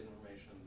information